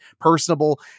personable